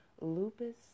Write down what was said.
Lupus